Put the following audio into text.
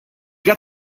got